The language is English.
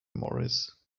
morris